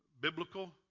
biblical